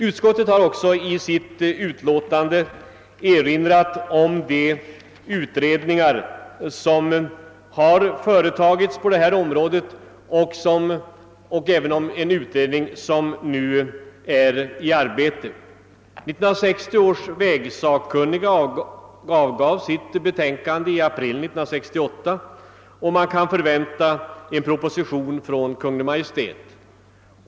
Utskottet har i sitt utlåtande också erinrat om de utredningar som har företagits på detta område och om en utredning som nu är i arbete. 1960 års vägsakkunniga avgav sitt betänkande i april 1968, och vi kan förvänta en proposition från Kungl. Maj:t.